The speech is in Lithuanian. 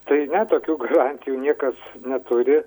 tai ne tokių garantijų niekas neturi